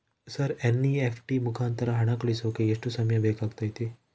Sir NEFT ಮುಖಾಂತರ ಹಣ ಕಳಿಸೋಕೆ ಎಷ್ಟು ಸಮಯ ಬೇಕಾಗುತೈತಿ?